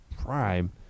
prime